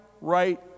right